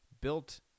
built